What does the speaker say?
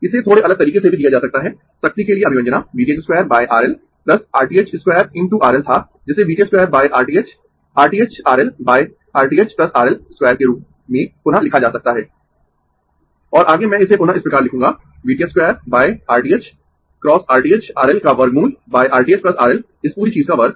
इसे थोड़े अलग तरीके से भी दिया जा सकता है शक्ति के लिए अभिव्यंजना V t h 2 R L R t h 2 × R L था जिसे V t h 2 R t h R t h R L R t h R L 2 के रूप में पुनः लिखा जा सकता है और आगे में इसे पुनः इस प्रकार लिखूंगा V t h 2 R t h × R t h R L का वर्गमूल R t h R L इस पूरी चीज का वर्ग